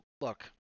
Look